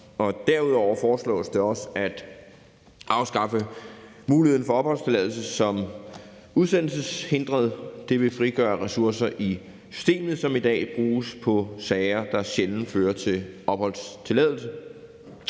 Derudover foreslås det også at afskaffe muligheden for at få opholdstilladelse som udsendelseshindret. Det vil frigøre ressourcer i systemet, som i dag bruges på sager, der sjældent fører til opholdstilladelse.